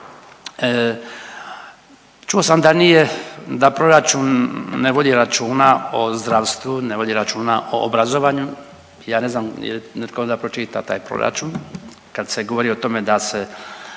Čuo sam da nije da proračun ne vodi računa o zdravstvu, ne vodi računa o obrazovanju, ja ne znam jel netko onda pročitao taj proračun kad se govori o tome da se